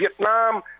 Vietnam